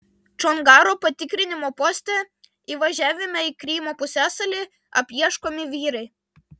čongaro patikrinimo poste įvažiavime į krymo pusiasalį apieškomi vyrai